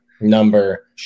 number